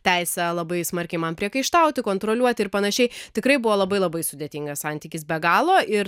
teisę labai smarkiai man priekaištauti kontroliuoti ir panašiai tikrai buvo labai labai sudėtingas santykis be galo ir